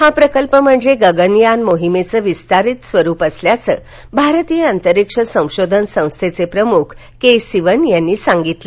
हा प्रकल्प म्हणजे गगनयान मोहिमेचं विस्तारित स्वरूप असल्याचं भारतीय अंतरीक्ष संशोधन संस्थेचे प्रमुख के सिवन यांनी सांगितलं